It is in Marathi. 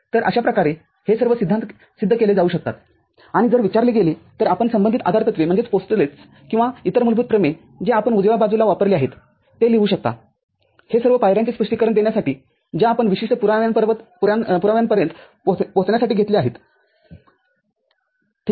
तर अशा प्रकारे हे सर्व सिद्धांत सिद्ध केले जाऊ शकतात आणि जर विचारले गेले तर आपण संबंधित आधारतत्वे किंवा इतर मूलभूत प्रमेय जे आपण उजव्या बाजूला वापरले आहेत ते लिहू शकता हे सर्व पायऱ्यांचे स्पष्टीकरण देण्यासाठी ज्या आपण विशिष्ट पुराव्यापर्यंत पोहोचण्यासाठी घेतल्या आहेत ठीक आहे